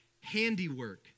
handiwork